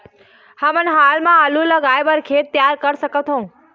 हमन हाल मा आलू लगाइ बर खेत तियार कर सकथों?